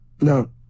No